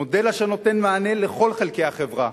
מודל אשר נותן מענה לכל חלקי החברה,